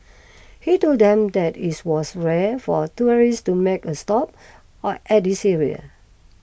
he told them that it's was rare for tourists to make a stop or at this area